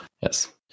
Yes